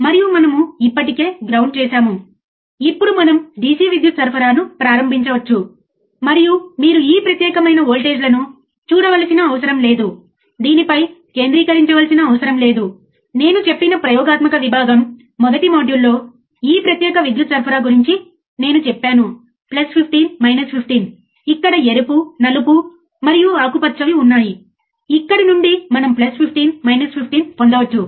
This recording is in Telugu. మీరు ఒక ఉపాధ్యాయుడి నుండి అనుమతి తీసుకోవచ్చు మరియు విద్యార్థికి సహాయం చేయడానికి ఎవరైనా మీకు ప్రయోగశాలకు ప్రాప్యత ఇస్తారని నేను ఖచ్చితంగా అనుకుంటున్నాను అక్కడ మీరు సాధారణ ప్రయోగాలు చేయవచ్చు